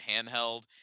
handheld